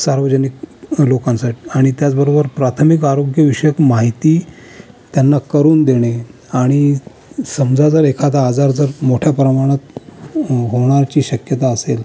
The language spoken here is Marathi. सार्वजनिक लोकांसाठी आणि त्याचबरोबर प्राथमिक आरोग्यविषयक माहिती त्यांना करून देणे आणि समजा जर एखादा आजार जर मोठ्या प्रमाणात होणाची शक्यता असेल तर